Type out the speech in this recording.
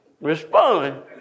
respond